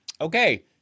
okay